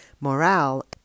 morale